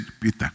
Peter